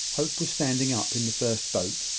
hope was standing up in the first boat,